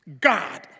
God